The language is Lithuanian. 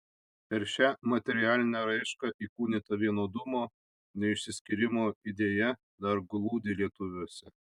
per šią materialinę raišką įkūnyta vienodumo neišsiskyrimo idėja dar glūdi lietuviuose